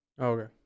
Okay